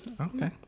okay